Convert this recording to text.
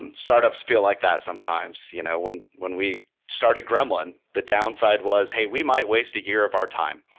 and startups feel like that sometimes. you know when when we started gremlin, the downside was, hey, we might waste a year of our time,